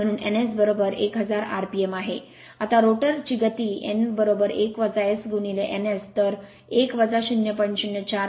आता रोटर गती n1 S n S तर 1 0